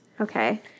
Okay